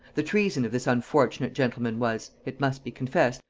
the treason of this unfortunate gentleman was, it must be confessed,